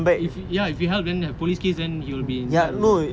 if he help then have police case then he'll be inside also